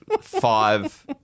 five